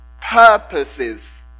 purposes